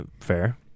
fair